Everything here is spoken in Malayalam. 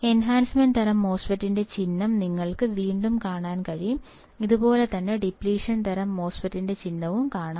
എൻഹാൻസ്മെൻറ് തരം MOSFET ന്റെ ചിഹ്നം നിങ്ങൾക്ക് വീണ്ടും കാണാൻ കഴിയും അതുപോലെതന്നെ ഡിപ്ലിഷൻ തരം മോസ്ഫെറ്റ്യും ചിഹ്നം കാണാം